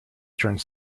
turns